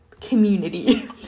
community